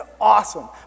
awesome